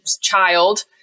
child